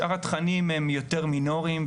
שאר התכנים הם יותר מינוריים,